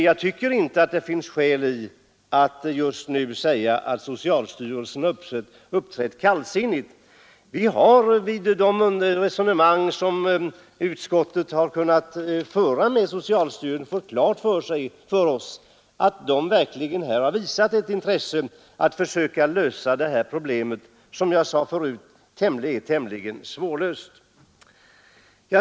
Jag tycker inte det finns skäl att säga att socialstyrelsen har uppträtt kallsinnigt. Vid de resonemang som utskottet fört med socialstyrelsen har vi fått klart för oss att man där verkligen har visat ett stort intresse för att försöka lösa detta problem, vilket som sagt är tämligen svårlöst.